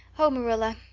oh marilla,